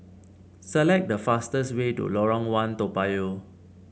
select the fastest way to Lorong One Toa Payoh